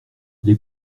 les